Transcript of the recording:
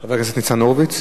חבר הכנסת ניצן הורוביץ?